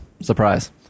Surprise